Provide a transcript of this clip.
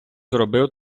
зробив